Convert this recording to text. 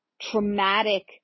traumatic